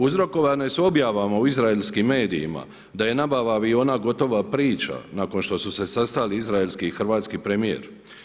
Uzrokovane su objavama u izraelskim medijima da je nabava aviona gotova priča nakon što su se sastali izraelski i hrvatski premijer.